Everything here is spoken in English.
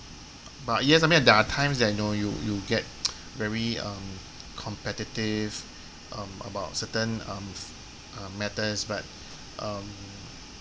but yes I mean there are times that know you you get very um competitive um about certain um uh matters but um